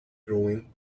growing